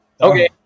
Okay